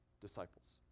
disciples